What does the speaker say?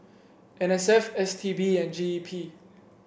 N S F S T B and G E P